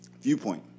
viewpoint